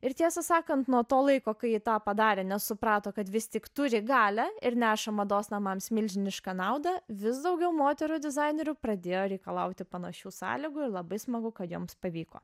ir tiesą sakant nuo to laiko kai ji tą padarė nes suprato kad vis tik turi galią ir neša mados namams milžinišką naudą vis daugiau moterų dizainerių pradėjo reikalauti panašių sąlygų ir labai smagu kad joms pavyko